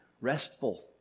restful